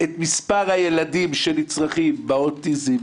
את מספר הילדים שנצרכים באוטיזם,